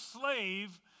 slave